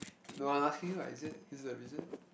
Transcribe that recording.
no one I feel like is it is a reason